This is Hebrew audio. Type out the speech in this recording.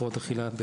הפרעות אכילה,